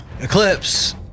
Eclipse